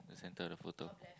the center of the photo